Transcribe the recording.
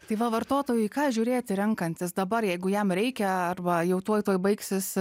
tai va vartotojui į ką žiūrėti renkantis dabar jeigu jam reikia arba jau tuoj tuoj baigsis